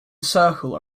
circle